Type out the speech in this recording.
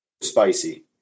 Spicy